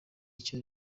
icyo